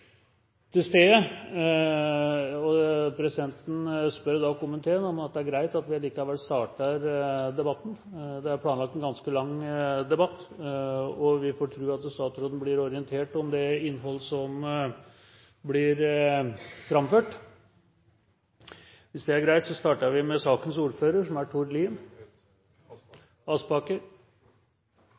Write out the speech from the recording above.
til stede. Presidenten spør komiteen om det er greit at vi likevel starter debatten – det er planlagt en ganske lang debatt, og vi får tro at statsråden blir orientert om det innhold som blir framført. Hvis det er greit, starter vi med ordfører for saken – som er